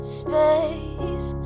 space